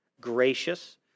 gracious